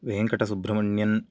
Venkatasubramanian